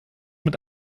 mit